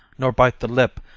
nor bite the lip,